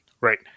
Right